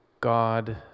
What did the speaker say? God